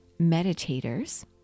meditators